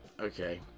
okay